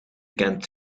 kent